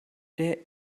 der